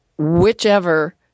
Whichever